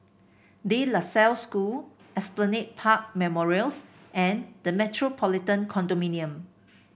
De La Salle School Esplanade Park Memorials and The Metropolitan Condominium